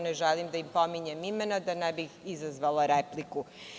Ne želim da im pominjem imena da ne bih izazvala repliku.